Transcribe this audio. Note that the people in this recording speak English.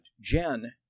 Jen